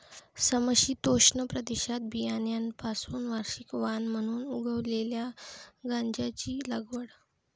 समशीतोष्ण प्रदेशात बियाण्यांपासून वार्षिक वाण म्हणून उगवलेल्या गांजाची लागवड